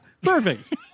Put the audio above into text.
Perfect